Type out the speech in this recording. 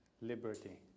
liberty